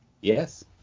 Yes